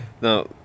Now